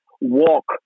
walk